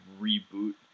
reboot